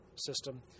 System